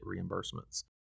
reimbursements